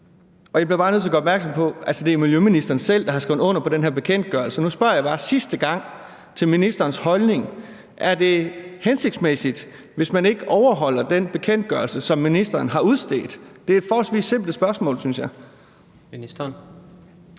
Jeg bliver bare nødt til at gøre opmærksom på, at det er miljøministeren selv, der har skrevet under på den her bekendtgørelse. Nu spørger jeg bare en sidste gang om ministerens holdning. Er det hensigtsmæssigt, hvis man ikke overholder den bekendtgørelse, som ministeren har udstedt? Det er et forholdsvis simpelt spørgsmål, synes jeg.